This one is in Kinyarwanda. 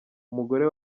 umugore